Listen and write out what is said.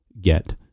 get